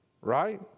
right